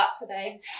today